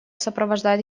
сопровождает